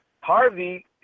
Harvey